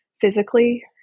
physically